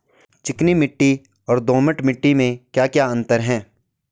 चिकनी मिट्टी और दोमट मिट्टी में क्या क्या अंतर है?